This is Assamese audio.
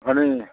হয় নেকি